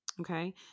Okay